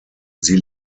sie